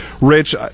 Rich